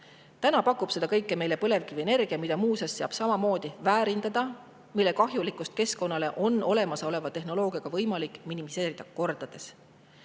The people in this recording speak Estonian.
Täna pakub seda kõike meile põlevkivienergia, mida muuseas saab samamoodi väärindada ja mille kahjulikkust keskkonnale on olemasoleva tehnoloogiaga võimalik minimeerida, kordades